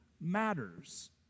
matters